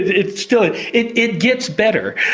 it still. it it gets better,